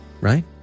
right